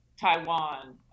taiwan